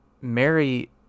Mary